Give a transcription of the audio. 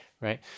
Right